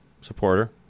Supporter